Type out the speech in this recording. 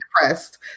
depressed